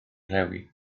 rhewi